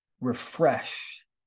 refresh